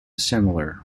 similar